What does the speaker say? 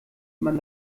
man